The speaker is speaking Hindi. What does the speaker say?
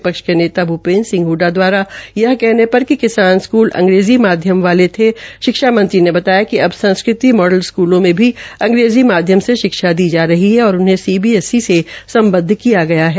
विपक्ष के नेता भूपेन्द्र सिह हडडा द्वारा यह कहने पर कि किसान स्कूल अंग्रेजी माध्यम वाले थे शिक्षा मंत्री ने बताया कि अब संस्कृति मॉडल स्कूलों में भी अंग्रेजी माध्यम से शिक्षा दी जा रही है और इन्हें सीबीएससी से संबंद्ध किया गया है